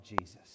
Jesus